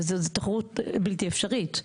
וזאת תחרות בלתי אפשרית.